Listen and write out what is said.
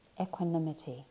equanimity